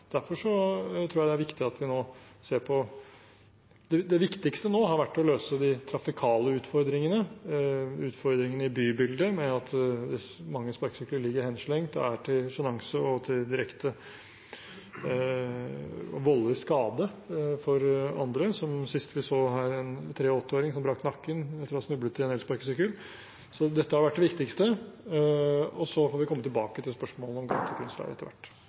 Det viktigste nå har vært å løse de trafikale utfordringene, utfordringene i bybildet med at mange sparkesykler ligger henslengt og er til sjenanse og direkte volder skade for andre – noe vi nylig så da en 83-åring brakk nakken etter å ha snublet i en elsparkesykkel. Dette har vært det viktigste, og så får vi komme tilbake til spørsmålet om gategrunnsleie etter hvert.